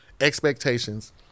expectations